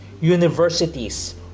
universities